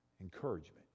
encouragement